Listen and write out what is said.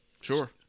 Sure